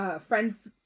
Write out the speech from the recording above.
friend's